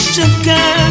Sugar